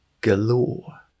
galore